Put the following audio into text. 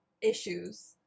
issues